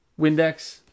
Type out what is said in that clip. Windex